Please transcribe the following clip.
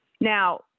Now